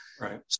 Right